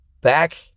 back